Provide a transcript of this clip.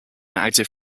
active